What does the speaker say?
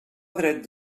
dret